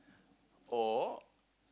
or